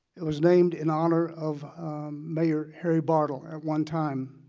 it was named in honor of mayor harry bartle at one time,